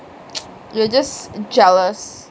you are just jealous